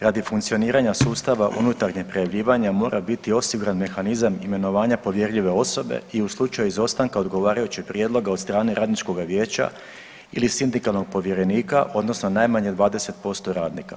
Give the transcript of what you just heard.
Radi funkcioniranja sustava unutarnjeg prijavljivanja mora biti osiguran mehanizam imenovanja povjerljive osobe i u slučaju izostanka odgovarajućeg prijedloga od strane radničkoga vijeća ili sindikalnog povjerenika odnosno najmanje 20% radnika.